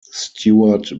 stewart